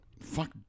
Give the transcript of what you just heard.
fuck